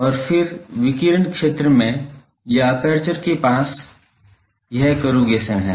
और फिर विकिरण क्षेत्र में या एपर्चर के पास यह करुगेशन है